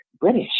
British